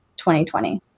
2020